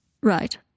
Right